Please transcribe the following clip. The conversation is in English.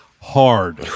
hard